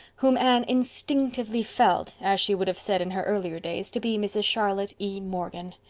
whom anne instinctively felt, as she would have said in her earlier days, to be mrs. charlotte e. morgan.